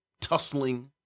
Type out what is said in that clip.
tussling